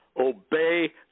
Obey